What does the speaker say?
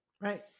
Right